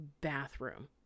bathroom